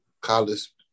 college